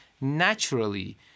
naturally